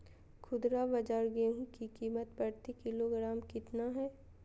खुदरा बाजार गेंहू की कीमत प्रति किलोग्राम कितना है?